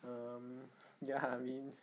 um ya I mean